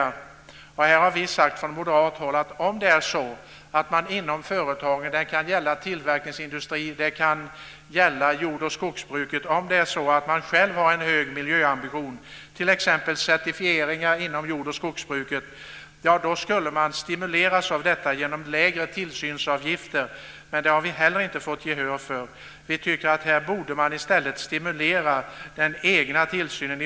Från moderat håll har vi sagt att om man inom företagen - det kan gälla tillverkningsindustri eller jord och skogsbruk - har en hög miljöambition, t.ex. att införa certifieringar inom jord och skogsbruket, skulle man stimuleras till detta genom lägre tillsynsavgifter. Men inte heller det har vi fått gehör för. Vi tycker att man i stället borde stimulera den egna tillsynen.